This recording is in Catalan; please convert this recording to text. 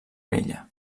vella